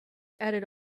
added